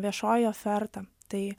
viešoji oferta tai